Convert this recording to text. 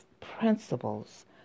principles